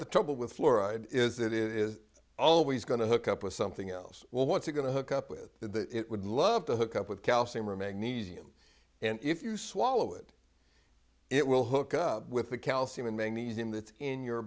the trouble with fluoride is it is always going to hook up with something else well what's it going to hook up with the it would love to hook up with calcium or magnesium and if you swallow it it will hook up with the calcium and magnesium that's in your